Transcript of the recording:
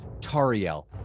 tariel